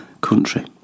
country